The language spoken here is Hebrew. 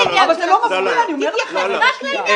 מונטג אמר דבר נכון וזה עובר כחוט השני כל הזמן בדיבורים שלנו,